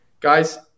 Guys